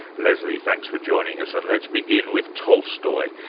lesley, thanks for joining us, and let's begin with tolstoy.